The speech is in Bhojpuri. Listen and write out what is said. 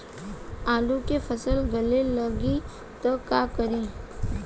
आलू के फ़सल गले लागी त का करी?